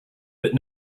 but